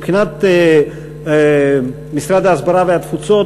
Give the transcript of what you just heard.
מבחינת משרד ההסברה והתפוצות,